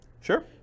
sure